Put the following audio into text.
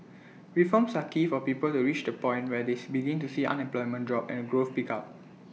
reforms are key for people to reach the point where these begin to see unemployment drop and growth pick up